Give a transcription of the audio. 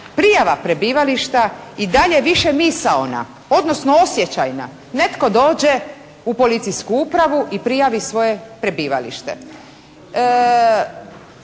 prijava prebivališta i dalje više misaona odnosno osjećajna. Netko dođe u Policijsku upravu i prijavi svoje prebivalište.